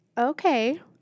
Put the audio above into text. Okay